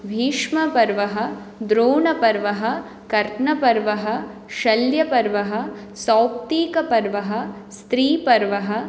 भीष्मपर्वः द्रोणपर्वः कर्णपर्वः शल्यपर्वः सौप्तीकपर्वः स्त्रीपर्वः